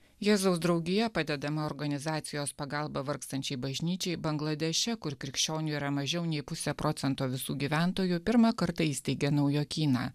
jėzaus draugija padedama organizacijos pagalba vargstančiai bažnyčiai bangladeše kur krikščionių yra mažiau nei pusė procento visų gyventojų pirmą kartą įsteigė naujokyną